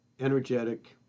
energetic